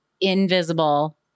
invisible